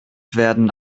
werden